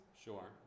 Sure